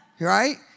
right